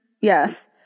Yes